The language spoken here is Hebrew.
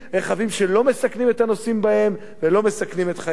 רכבים שלא מסכנים את הנוסעים בהם ולא מסכנים את חייהם.